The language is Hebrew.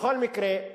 בכל מקרה,